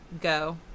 go